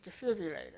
defibrillator